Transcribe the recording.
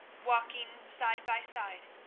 walking side by side.